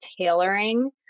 tailoring